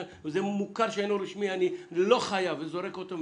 וזה מוכר שאינו רשמי שהן לא חייבות והן זורקות אותו.